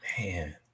Man